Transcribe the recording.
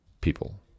people